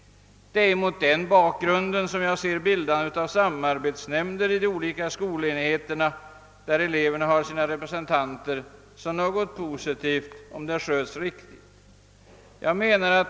Det är mot denna bakgrund som jag ser bildandet av samarbetsnämnder i de olika skolenheterna där eleverna har sina representanter som något positivt om det sköts riktigt.